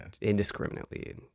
indiscriminately